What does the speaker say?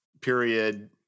period